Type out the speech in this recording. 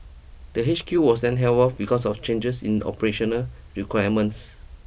the H Q was then held off because of changes in operational requirements